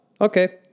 okay